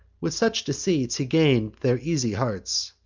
with such deceits he gain'd their easy hearts,